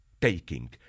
taking